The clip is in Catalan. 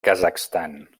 kazakhstan